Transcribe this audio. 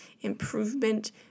improvement